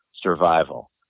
Survival